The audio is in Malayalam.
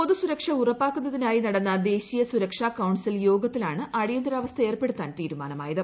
പൊതു സുരക്ഷ ഉറപ്പാക്കുന്നതിനായി നടന്ന ദേശീയ സുരക്ഷാ കൌൺസിൽ യോഗത്തിലാണ് അടിയന്തരാവസ്ഥ ഏർപ്പെടുത്താൻ തീരുമാനമായത്